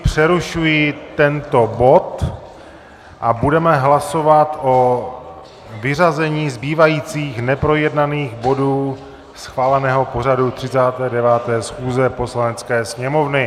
Přerušuji tento bod a budeme hlasovat o vyřazení zbývajících neprojednaných bodů schváleného pořadu 39. schůze Poslanecké sněmovny.